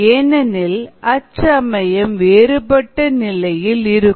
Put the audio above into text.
ஏனெனில் அச்சமயம் வேறுபட்ட நிலையில் இருக்கும்